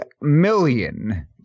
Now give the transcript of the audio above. million